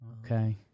okay